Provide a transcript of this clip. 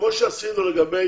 כמו שעשינו לגבי